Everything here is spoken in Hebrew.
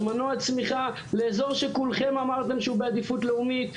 על מנוע צמיחה לאזור שכולכם אמרתם שהוא בעדיפות לאומית,